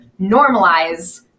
normalize